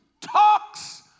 talks